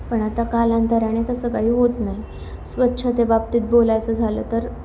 पण आता कालांतराने तसं काही होत नाही स्वच्छतेबाबतीत बोलायचं झालं तर